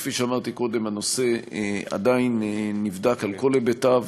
וכפי שאמרתי קודם, הנושא עדיין נבדק על כל היבטיו.